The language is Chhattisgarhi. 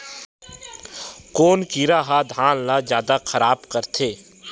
कोन कीड़ा ह धान ल जादा खराब करथे?